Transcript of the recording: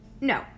No